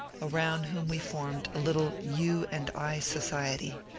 around whom we formed a little u and i society.